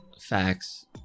Facts